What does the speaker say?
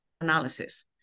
analysis